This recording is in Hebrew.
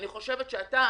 אני חושבת שאתה,